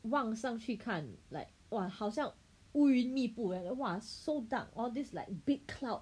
望上去看 like !wah! 好像乌云密布 eh !wah! so dark all these like big clouds